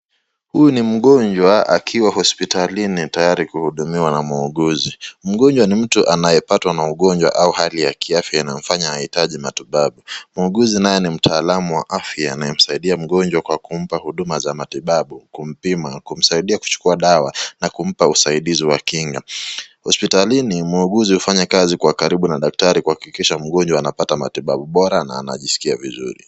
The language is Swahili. Huyu ni mgonjwa akiwa hospitalini tayari kuhudumiwa na muuguzi, mgonjwa ni mtu anayepatwa na ugonjwa au hali ya kiafya inayo mfanya aitaji matibabu, muuguzi naye ni mtaalamu wa afya anaye msaidia mgonjwa kwa kumpa matibabu ya afya kwa kumpima, kumsaidia kuchukuwa dawa na kumpa usaidizi wa kinga, hospitalini muuguzi hufanya kazi karibu na daktari kuhakikisha mgonjwa anapata matibabu bora na anajiskia vizuri.